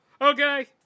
okay